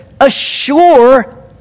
assure